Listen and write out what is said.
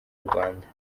rwanda